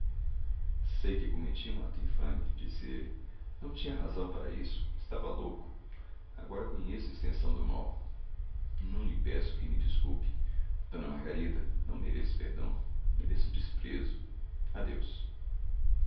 sei que cometi um ato infame disse ele não tinha razão para isso estava louco agora conheço a extensão do mal não lhe peço que me desculpe d margarida não mereço perdão mereço desprezo adeus